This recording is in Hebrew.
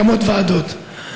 הקמת ועדות.